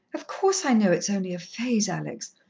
of course, i know it is only a phase, alex,